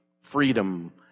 freedom